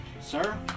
Sir